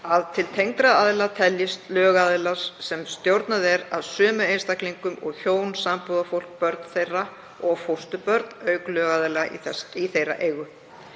að til tengdra aðila teljist lögaðilar sem stjórnað er af sömu einstaklingum og hjón, sambúðarfólk, börn þeirra og fósturbörn auk lögaðila í þeirra eigu.